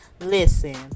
listen